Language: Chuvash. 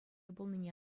пулнине